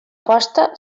posta